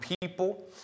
people